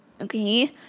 Okay